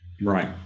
Right